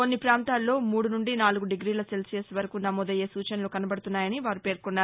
కొన్ని ప్రాంతాల్లో మూడు నుండి నాలుగు డిగ్రీల సెల్సియేస్ వరకు నమోదయ్యే సూచనలు కనబడుతున్నాయని వారు పేర్కొన్నారు